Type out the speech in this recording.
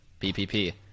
PPP